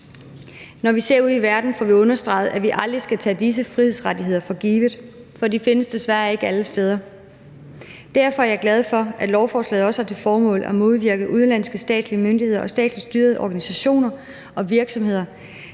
Når vi ser ud i verden, får vi understreget, at vi aldrig skal tage disse frihedsrettigheder for givet, for de findes desværre ikke alle steder. Derfor er jeg glad for, at lovforslaget også har til formål at modvirke udenlandske statslige myndigheder og statsligt styrede organisationer og virksomheder,